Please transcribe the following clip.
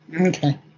okay